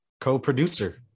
co-producer